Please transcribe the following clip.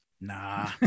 Nah